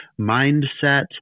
mindset